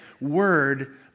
word